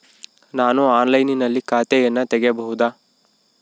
ನಾನು ಆನ್ಲೈನಿನಲ್ಲಿ ಖಾತೆಯನ್ನ ತೆಗೆಯಬಹುದಾ?